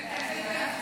חוץ וביטחון.